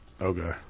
Okay